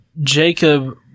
Jacob